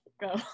go